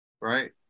Right